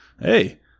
hey